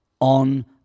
on